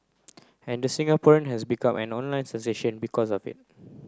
and the Singaporean has become an online sensation because of it